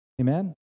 Amen